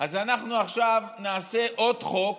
אנחנו עכשיו נעשה עוד חוק,